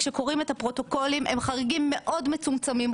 כשקוראים את הפרוטוקולים הם חריגים מאוד מצומצמים,